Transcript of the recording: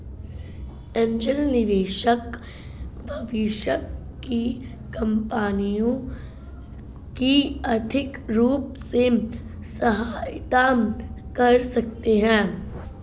angel निवेशक भविष्य की कंपनियों की आर्थिक रूप से सहायता कर सकते हैं